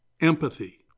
empathy